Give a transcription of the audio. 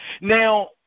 Now